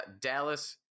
Dallas